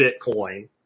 Bitcoin